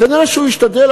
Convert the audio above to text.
כנראה הוא השתדל,